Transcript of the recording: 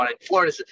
Florida